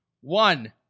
One